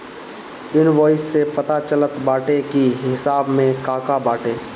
invoice से पता चलत बाटे की हिसाब में का का बाटे